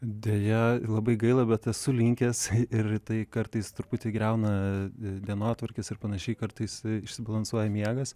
deja labai gaila bet esu linkęs ir tai kartais truputį griauna dienotvarkes ar panašiai kartais išsibalansuoja miegas